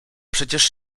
przecież